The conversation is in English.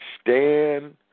stand